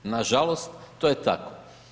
Nažalost, to je tako.